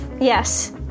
Yes